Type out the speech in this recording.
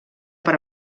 per